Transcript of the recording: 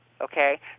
okay